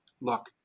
look